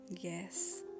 Yes